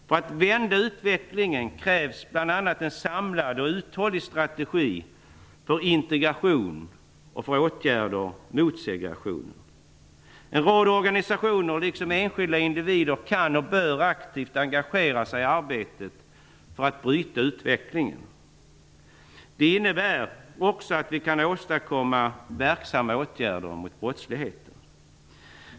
För att vi skall kunna vända utvecklingen krävs bl.a. en samlad och uthållig strategi för integration och för åtgärder mot segregationen. En rad organisationer liksom enskilda individer kan och bör aktivt engagera sig i arbetet för att bryta utvecklingen. Det innebär också att vi kan åstadkomma verksamma åtgärder mot brottsligheten.